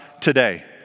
today